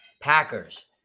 Packers